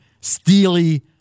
steely